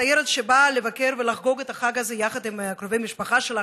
תיירת שבאה לבקר ולחגוג את החג הזה יחד עם קרובי משפחה שלה,